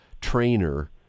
trainer